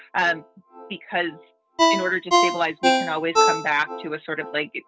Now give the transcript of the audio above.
ah because in order to stabilize, we can always come back to a sort of like,